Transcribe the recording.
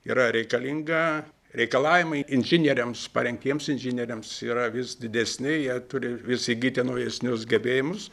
yra reikalinga reikalavimai inžinieriams parengtiems inžinieriams yra vis didesni jie turi vis įsigyti naujesnius gebėjimus